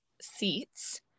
seats